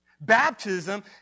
Baptism